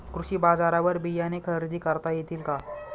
कृषी बाजारवर बियाणे खरेदी करता येतील का?